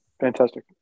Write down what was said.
fantastic